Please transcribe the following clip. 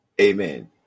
amen